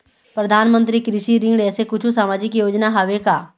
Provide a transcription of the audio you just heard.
परधानमंतरी कृषि ऋण ऐसे कुछू सामाजिक योजना हावे का?